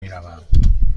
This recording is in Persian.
میروم